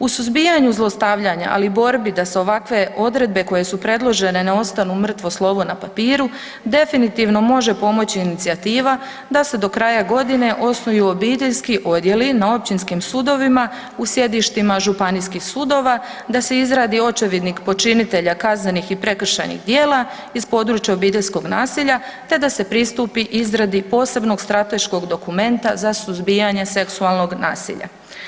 U suzbijanju zlostavljanja, ali i borbi da se ovakve odredbe koje su predložene ne ostanu mrtvo slovo na papiru definitivno može pomoći inicijativa da se do kraja godine osnuju obiteljski odjeli na općinskim sudovima u sjedištima županijskih sudova, da se izradi očevidnik počinitelja kaznenih i prekršajnih djela iz područja obiteljskog nasilja te da se pristupi izradi posebnog strateškog dokumenta za suzbijanje seksualnog nasilja.